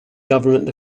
government